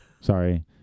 Sorry